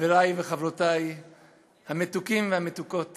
חברי וחברותי המתוקים והמתוקות